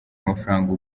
amafaranga